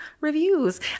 reviews